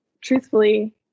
truthfully